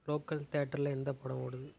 local தியேட்டரில் எந்த படம் ஓடுது